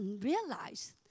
realize